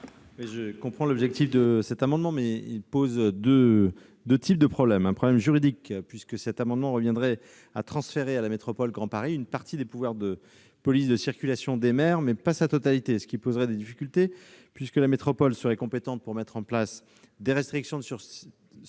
Je comprends l'objet de cet amendement, mais ce dispositif pose deux types de problèmes. Le premier problème est juridique : cette mesure reviendrait à transférer à la métropole du Grand Paris une partie des pouvoirs de police de la circulation des maires, mais non leur totalité. Cela poserait des difficultés, puisque la métropole serait compétente pour mettre en place des restrictions de circulation